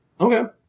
Okay